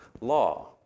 law